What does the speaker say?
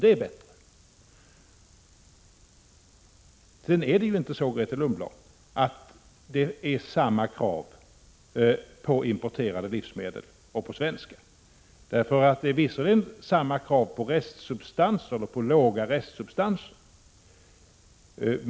Det är nämligen bättre. Sedan ställs det inte samma krav på importerade livsmedel som på svenska, Grethe Lundblad. Visserligen är kraven på låga restsubstanser desamma.